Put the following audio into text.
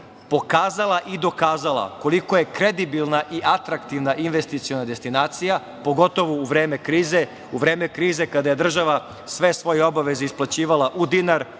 pokazala i dokazala koliko je kredibilna i atraktivna investiciona destinacija, pogotovo u vreme krize, u vreme krize kada država sve svoje obaveze isplaćivala u dinar,